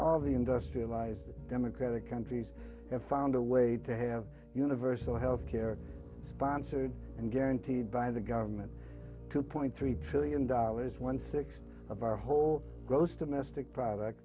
all the industrialized democratic countries have found a way to have universal health care sponsored and guaranteed by the government two point three trillion dollars one sixth of our whole gross domestic product